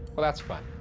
well, that's fun.